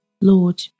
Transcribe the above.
Lord